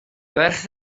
beth